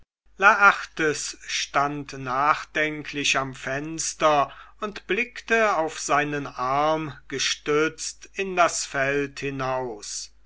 laertes stand nachdenklich am fenster und blickte auf seinen arm gestützt in das feld hinaus